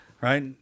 right